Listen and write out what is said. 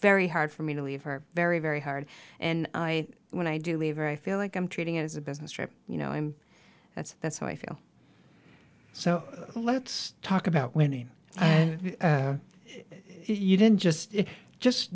very hard for me to leave her very very hard and when i do leave her i feel like i'm treating it as a business trip you know i'm that's that's how i feel so let's talk about winning and you didn't just just